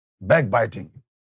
backbiting